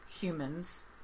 humans